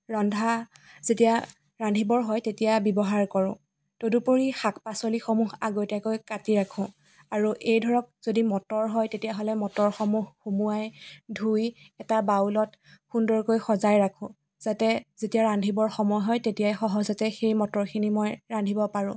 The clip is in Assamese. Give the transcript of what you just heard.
ৰন্ধা যেতিয়া ৰান্ধিবৰ হয় তেতিয়া ব্যৱহাৰ কৰোঁ তদুপৰি শাক পাচলিসমূহ আগতীয়াকৈ কাটি ৰাখোঁ আৰু এই ধৰক যদি মটৰ হয় তেতিয়া হ'লে মটৰসমূহ সোমোৱাই ধুই এটা বাউলত সুন্দৰকৈ সজাই ৰাখোঁ যাতে যেতিয়া ৰান্ধিবৰ সময় হয় তেতিয়াই সহজতে সেই মটৰখিনি মই ৰান্ধিব পাৰোঁ